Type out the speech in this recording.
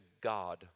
God